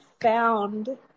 found